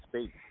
space